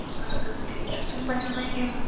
اَدٕ حظ ٹھیٖک چھُ تُہۍ ؤنِو مےٚ یِم